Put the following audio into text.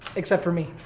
except for me.